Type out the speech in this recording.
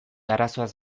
arazoaz